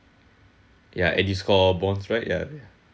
ya and this called bonds right ya ya